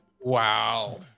wow